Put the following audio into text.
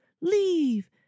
leave